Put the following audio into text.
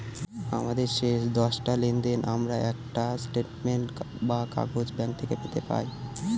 আমাদের শেষ দশটা লেনদেনের আমরা একটা স্টেটমেন্ট বা কাগজ ব্যাঙ্ক থেকে পেতে পাই